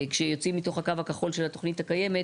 כיוצאים מתוך הקו הכחול של התוכנית הקיימת,